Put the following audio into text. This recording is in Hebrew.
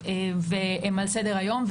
והן על סדר היום.